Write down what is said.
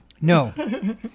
No